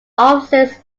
offices